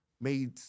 made